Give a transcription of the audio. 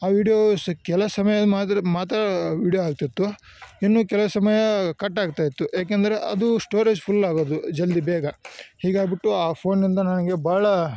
ಆ ವಿಡಿಯೋ ಸಿಕ್ಕ ಕೆಲ ಸಮಯ ಮಾದ್ರ ಮಾತ್ರ ವಿಡಿಯೋ ಆಗ್ತಿತ್ತು ಇನ್ನು ಕೆಲವು ಸಮಯ ಕಟ್ ಆಗ್ತಾಯಿತ್ತು ಯಾಕೆಂದರೆ ಅದು ಸ್ಟೋರೇಜ್ ಫುಲ್ ಆಗೋದು ಜಲ್ದಿ ಬೇಗ ಹಿಗಾಗಿಬಿಟ್ಟು ಆ ಫೋನ್ನಿಂದ ನನಗೆ ಬಹಳ